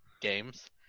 Games